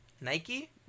Nike